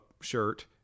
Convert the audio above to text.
shirt